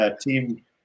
team